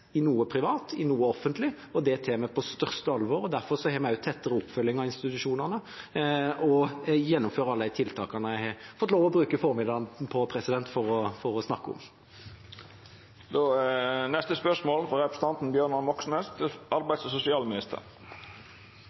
i noe privat, i noe offentlig, og det tar vi på største alvor. Derfor har vi også tettere oppfølging av institusjonene og gjennomfører alle de tiltakene jeg har fått lov til å bruke formiddagen på å snakke om. «Hva vil regjeringa foreta seg overfor ofrene for uretten i Nav-skandalen, ut over det som er varslet av beklagelse, Navs gjennomgang av sakene og